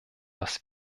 was